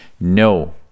No